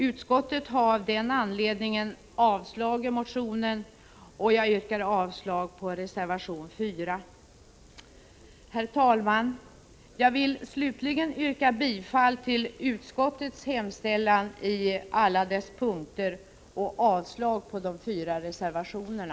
Utskottet har av den anledningen avslagit motionen, och jag yrkar avslag på reservation 4. Herr talman! Jag vill slutligen yrka bifall till utskottets hemställan i alla punkter och avslag på de fyra reservationerna.